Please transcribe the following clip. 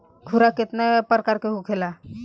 खुराक केतना प्रकार के होखेला?